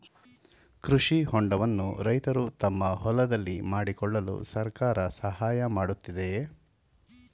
ಕೃಷಿ ಹೊಂಡವನ್ನು ರೈತರು ತಮ್ಮ ಹೊಲದಲ್ಲಿ ಮಾಡಿಕೊಳ್ಳಲು ಸರ್ಕಾರ ಸಹಾಯ ಮಾಡುತ್ತಿದೆಯೇ?